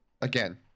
Again